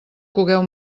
cogueu